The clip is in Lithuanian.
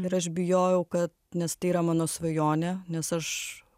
ir aš bijojau kad nes tai yra mano svajonė nes aš